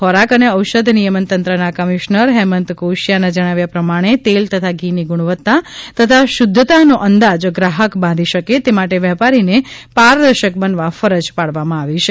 ખોરાક અને ઔષધ નિયમન તંત્રના કમિશ્નર હેમંત કોશિયાના જણાવ્યા પ્રમાણે તેલ તથા ઘીની ગુણવત્તા તથા શુદ્ધતાનો અંદાજ ગ્રાહક બાંધી શકે તે માટે વેપારીને પારદર્શક બનવા ફરજ પાડવામાં આવી છે